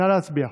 נא להצביע.